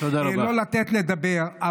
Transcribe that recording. ולא לתת לדבר.